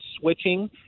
switching